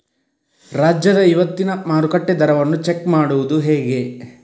ರಾಜ್ಯದ ಇವತ್ತಿನ ಮಾರುಕಟ್ಟೆ ದರವನ್ನ ಚೆಕ್ ಮಾಡುವುದು ಹೇಗೆ?